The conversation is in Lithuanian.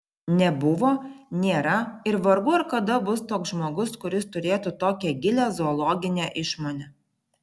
nebuvo nėra ir vargu ar kada bus toks žmogus kuris turėtų tokią gilią zoologinę išmonę